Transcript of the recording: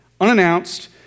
unannounced